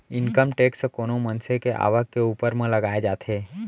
income tax कोनो मनसे के आवक के ऊपर म लगाए जाथे